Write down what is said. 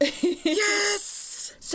Yes